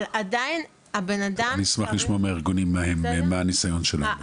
אבל עדיין הבן אדם --- אני אשמח לשמוע מהארגונים מה הניסיון שלהם?